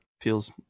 feels